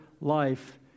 life